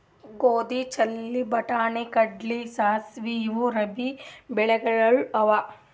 ಗೋಧಿ, ಬಾರ್ಲಿ, ಬಟಾಣಿ, ಕಡ್ಲಿ, ಸಾಸ್ವಿ ಇವು ರಬ್ಬೀ ಬೆಳಿಗೊಳ್ ಅವಾ